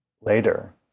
later